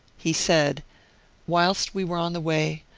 he said whilst we were on the way,